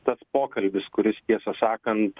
tas pokalbis kuris tiesą sakant